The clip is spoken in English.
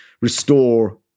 restore